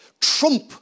trump